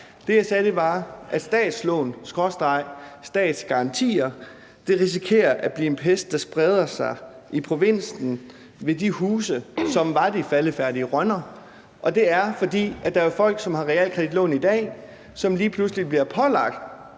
Det, jeg sagde, var, at statslån skråstreg statsgarantier risikerer at blive en pest, der spreder sig i provinsen i de huse, som var de faldefærdige rønner. Det skyldes, at der er folk, der i dag har realkreditlån, som lige pludselig bliver pålagt